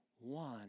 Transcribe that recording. one